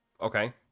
Okay